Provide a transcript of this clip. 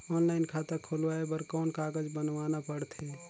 Online खाता खुलवाय बर कौन कागज बनवाना पड़थे?